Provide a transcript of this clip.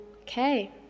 okay